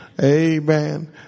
amen